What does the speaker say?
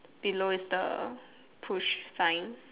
below is the push sign